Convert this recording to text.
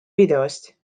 videost